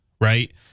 right